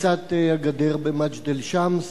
פריצת הגדר במג'דל-שמס